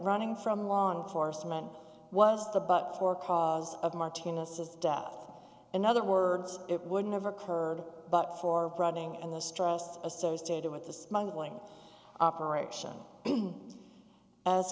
running from law enforcement was the but for cause of martina says death in other words it wouldn't have occurred but for prodding and the stress associated with the smuggling operation as